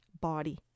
body